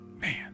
man